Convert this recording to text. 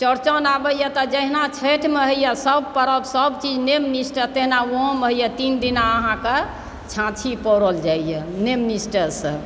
चौड़चन आबैयै तऽ जहिना छठिमे होइए सभ पर्व सभ सभचीज नियम निष्ठा तहिना ओहोमे होइए तीन दिना अहाँकेँ छाँछी पौरल जाइए नियम निष्ठासँ